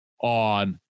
on